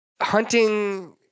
Hunting